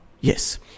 yes